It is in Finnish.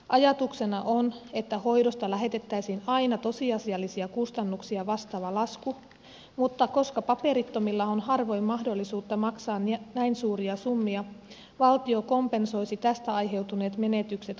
ajatuksena on että hoidosta lähetettäisiin aina tosiasiallisia kustannuksia vastaava lasku mutta koska paperittomilla on harvoin mahdollisuutta maksaa näin suuria summia valtio kompensoisi tästä aiheutuneet menetykset kunnille